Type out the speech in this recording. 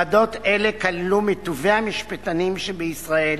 ועדות אלו כללו מטובי המשפטנים שבישראל